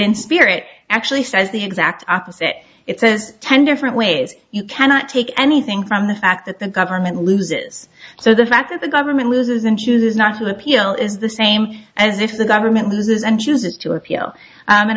in spirit actually says the exact opposite it says ten different ways you cannot take anything from the fact that the government loses so the fact that the government loses and chooses not to appeal is the same as if the government loses and chooses to a